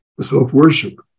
self-worship